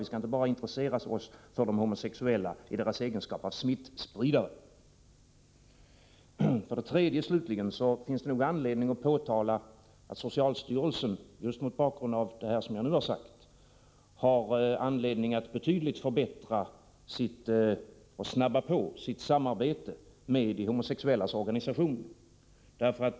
Vi skall inte bara intressera oss för de homosexuella i deras egenskap av smittospridare. För det tredje finns det nog anledning för socialstyrelsen, just mot bakgrund av det jag nu har sagt, att betydligt förbättra och snabba på sitt samarbete med de homosexuellas organisationer.